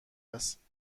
است